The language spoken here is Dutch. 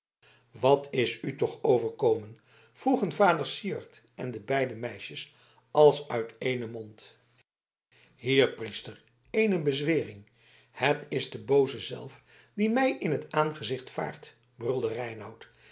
wat is u toch overkomen vroegen vader syard en de beide meisjes als uit eenen mond hier priester eene bezwering het is de booze zelf die mij in t aangezicht vaart